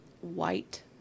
white